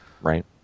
Right